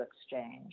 exchange